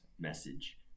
message